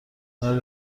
برای